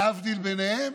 להבדיל ביניהן,